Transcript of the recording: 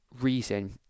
reason